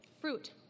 Fruit